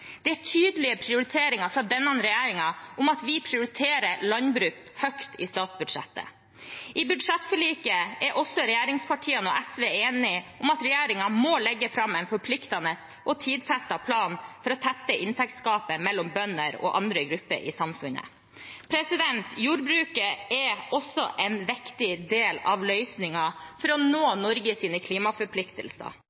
Det er tydelige prioriteringer fra denne regjeringen om at vi prioriterer landbruk høyt i statsbudsjettet. I budsjettforliket er også regjeringspartiene og SV enige om at regjeringen må legge fram en forpliktende og tidfestet plan for å tette inntektsgapet mellom bønder og andre grupper i samfunnet. Jordbruket er også en viktig del av løsningen for å